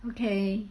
okay